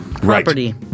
property